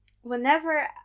Whenever